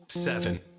Seven